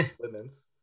women's